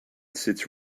sits